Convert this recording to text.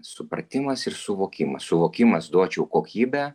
supratimas ir suvokimas suvokimas duočiau kokybę